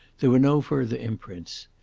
there were no further imprints.